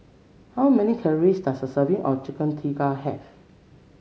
how many calories does a serving of Chicken Tikka have